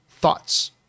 thoughts